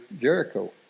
jericho